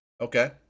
Okay